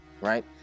right